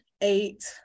eight